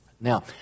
Now